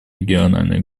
региональной